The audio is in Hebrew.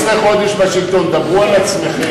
כבר 15 חודש בשלטון, דברו על עצמכם.